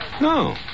No